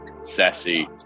sassy